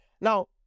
Now